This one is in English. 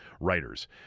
writers